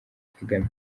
kagame